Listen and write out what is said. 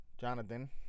Jonathan